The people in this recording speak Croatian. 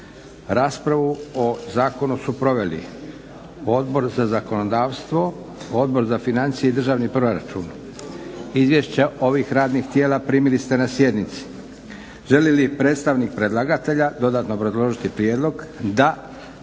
Raspravu o zakonu su proveli Odbor za zakonodavstvo, Odbor za financije i državni proračun. Izvješća ovih radnih tijela primili ste na sjednici. Želi li predstavnik predlagatelja dodatno obrazložiti prijedlog? Da.